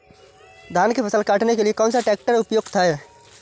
धान की फसल काटने के लिए कौन सा ट्रैक्टर उपयुक्त है?